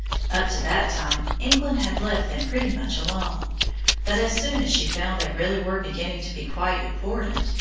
up to that time, england had left them pretty much alone but as soon as she found they really were beginning to be quite important,